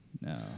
No